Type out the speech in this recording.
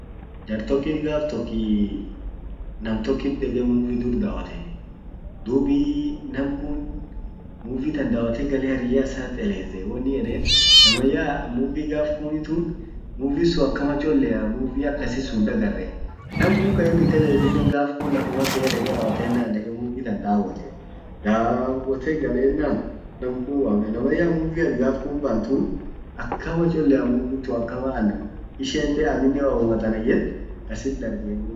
jar tokkit gaf tok nam tokkit deke movie dur dawwote. Dub nam kun, movie tan dawwote harriya issa wonin yeden namanyaa movie gaf kuni tun movie sun akkama ccholea movie sun akasisun hindagarre. Nam kun kain it elez gaf kun lafuma ke rawwotenan deke movie tan dawwote, dawwote galenan ,nam kun wame namnyaa wovie at gaf kun bant tun akama ccholea, movie tun akama anishente aminnen wom at anan yet kasit darge movie akasisun akama.